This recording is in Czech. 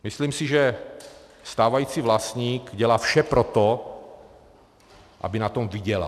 Myslím si, že stávající vlastník dělá vše pro to, aby na tom vydělal.